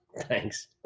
thanks